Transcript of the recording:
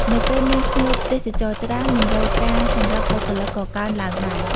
នៅពេលមានភ្ញៀវទេសចរច្រើន តម្រូវការសម្រាប់បុគ្គលិកក៏កើនឡើងដែរ។